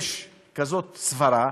יש כזאת סברה,